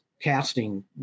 casting